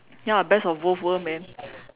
ya best of both worlds man